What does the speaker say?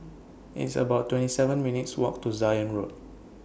It's about twenty seven minutes' Walk to Zion Road